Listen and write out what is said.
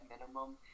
minimum